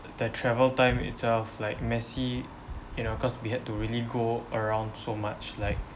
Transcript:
the travel time itself like messy you know cause we had to really go around so much like